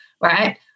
right